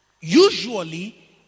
Usually